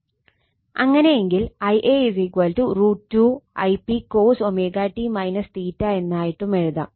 അങ്ങനെയെങ്കിൽ Ia √ 2 Ip cos എന്നായിട്ടും എഴുതാം